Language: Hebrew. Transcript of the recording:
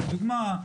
לדוגמה,